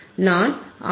நான் ஆர்